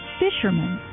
fishermen